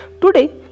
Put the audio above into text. today